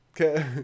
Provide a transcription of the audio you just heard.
Okay